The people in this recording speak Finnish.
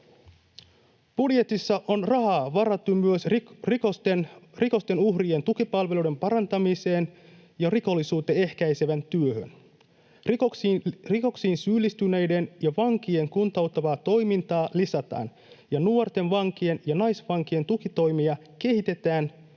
Budjetissa on rahaa varattu myös rikosten uhrien tukipalveluiden parantamiseen ja rikollisuutta ehkäisevään työhön. Rikoksiin syyllistyneiden ja vankien kuntouttavaa toimintaa lisätään ja nuorten vankien ja naisvankien tukitoimia kehitetään,